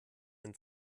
ein